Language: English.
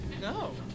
No